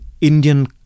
Indian